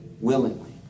willingly